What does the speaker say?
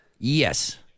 Yes